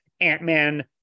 Ant-Man